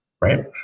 right